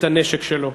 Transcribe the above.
את הנשק שלו.